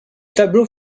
tableau